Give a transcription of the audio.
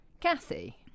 Cathy